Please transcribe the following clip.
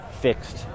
fixed